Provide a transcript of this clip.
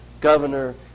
governor